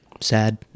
Sad